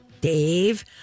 Dave